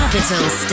Capital